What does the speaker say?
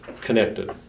connected